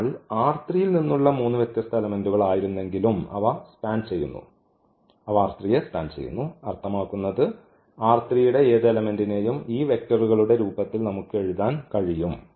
അതിനാൽ ൽ നിന്നുള്ള മൂന്ന് വ്യത്യസ്ത എലെമെന്റുകൾ ആയിരുന്നെങ്കിലും അവ സ്പാൻ ചെയ്യുന്നു അവ യെ സ്പാൻ ചെയ്യുന്നു അർത്ഥമാക്കുന്നത് ന്റെ ഏത് എലെമെന്റിനെയും ഈ വെക്റ്ററുകളുടെ രൂപത്തിൽ നമുക്ക് എഴുതാൻ കഴിയും